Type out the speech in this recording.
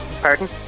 Pardon